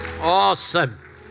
awesome